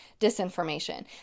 disinformation